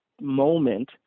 moment